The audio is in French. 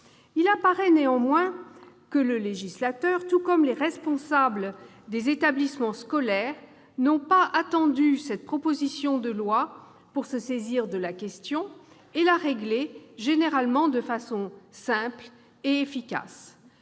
Il apparaît néanmoins que ni le législateur ni les responsables des établissements scolaires n'ont attendu cette proposition de loi pour se saisir de la question et pour la régler, généralement de façon simple et efficace.